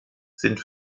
sind